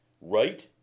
Right